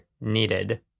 needed